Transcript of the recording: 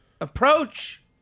Approach